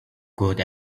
good